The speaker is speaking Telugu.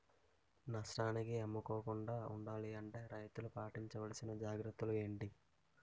నష్టానికి అమ్ముకోకుండా ఉండాలి అంటే రైతులు పాటించవలిసిన జాగ్రత్తలు ఏంటి